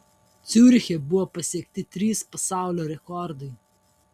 ciuriche buvo pasiekti trys pasaulio rekordai